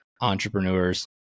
entrepreneurs